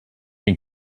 can